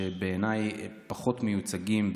שבעיניי פחות מיוצגים,